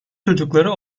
çocukları